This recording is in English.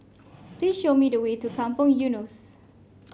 please show me the way to Kampong Eunos